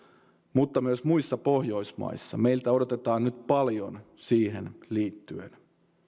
mutta myös muissa pohjoismaissa meiltä odotetaan nyt paljon siihen liittyen